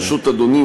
ברשות אדוני,